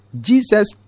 jesus